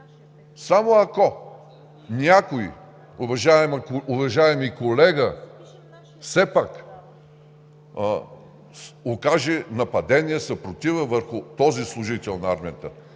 Само, ако някой, уважаеми колега, все пак окаже нападение, съпротива върху този служител на армията.